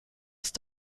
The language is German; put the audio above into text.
ist